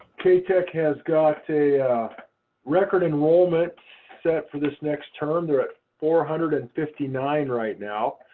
ktec has got a record enrollment set for this next term. they're at four hundred and fifty nine right now.